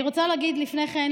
אני רוצה להגיד לפני כן,